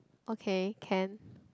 okay can